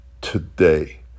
today